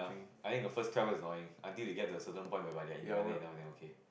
I think the first twelve is annoying until they get to a certain point whereby they are independent enough then okay